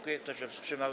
Kto się wstrzymał?